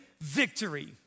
victory